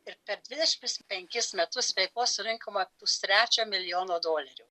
ir per dvidešimt penkis metus veiklos surinkome pustrečio milijono dolerių